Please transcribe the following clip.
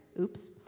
Oops